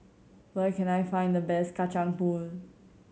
where can I find the best Kacang Pool